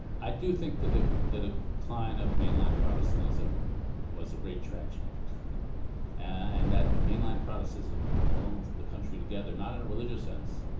i do think that the decline of mainline protestantism was a great tragedy and that mainline protestantism held the country together, not in a religious sense,